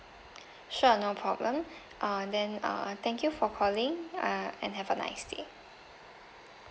sure no problem uh then uh thank you for calling uh and have a nice day